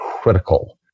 critical